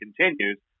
continues